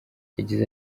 yagize